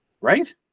right